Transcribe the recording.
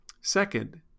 Second